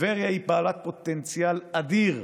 טבריה היא בעלת פוטנציאל אדיר,